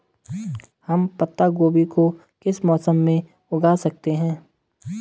हम पत्ता गोभी को किस मौसम में उगा सकते हैं?